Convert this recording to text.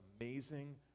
amazing